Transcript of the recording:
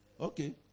Okay